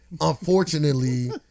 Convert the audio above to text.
unfortunately